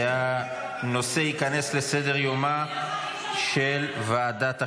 הנושא ייכנס לסדר-יומה של ועדת החינוך.